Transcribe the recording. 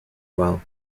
well